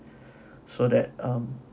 so that um